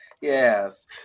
Yes